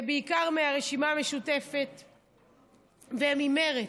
בעיקר מהרשימה המשותפת וממרצ.